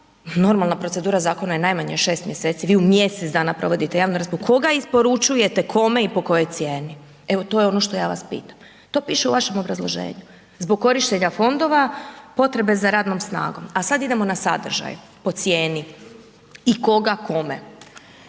Normalna procedura zakona je najmanje šest mjeseci, vi u mjesec dana provodite javnu raspravu. Koga isporučujete, kome i po kojoj cijeni? Evo to je ono što ja vas pitam, to piše u vašem obrazloženju. Zbog korištenja fondova potrebe za rednom snagom. A sada idemo na sadržaj po cijeni i koga kome.